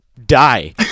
die